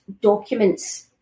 documents